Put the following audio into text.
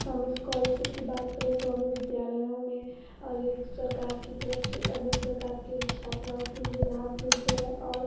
हम इस्कॉलरसिप की बात करें तो हमें विद्यालयों में और ये सरकार की तरफ से अनेक प्रकार के छात्राओं के लिए लाभ मिलते हैं और